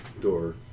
door